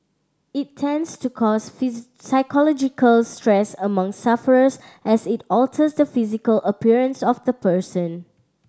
it tends to cause psychological stress among sufferers as it alters the physical appearance of the person